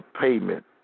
payment